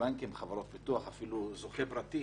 בנקים, חברות ביטוח, אפילו זוכה פרטית